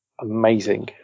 amazing